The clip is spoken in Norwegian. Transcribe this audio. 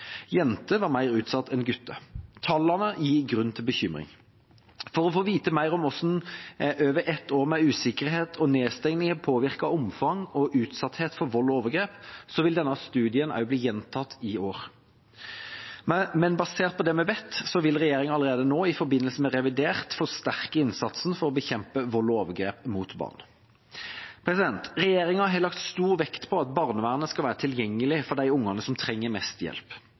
var mer utsatt enn gutter. Tallene gir grunn til bekymring. For å få vite mer om hvordan over et år med usikkerhet og nedstengning har påvirket omfang og utsatthet for vold og overgrep, vil denne studien også bli gjentatt i år. Men basert på det vi vet, vil regjeringa allerede nå, i forbindelse med revidert, forsterke innsatsen for å bekjempe vold og overgrep mot barn. Regjeringa har lagt stor vekt på at barnevernet skal være tilgjengelig for de ungene som trenger mest hjelp.